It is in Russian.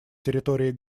территории